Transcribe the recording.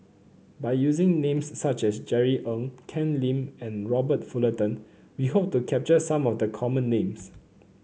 by using names such as Jerry Ng Ken Lim and Robert Fullerton we hope to capture some of the common names